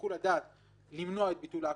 שיקול הדעת למנוע את ביטול ההכרה,